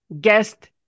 guest